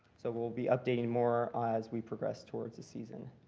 so we'll be updating more as we progress towards the season.